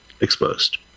exposed